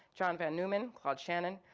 john von neumann, claude shannon,